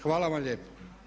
Hvala vam lijepo.